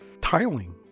tiling